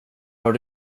har